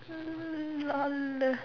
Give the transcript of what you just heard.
uh lol